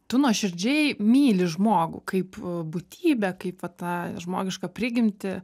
tu nuoširdžiai myli žmogų kaip būtybę kaip va tą žmogišką prigimtį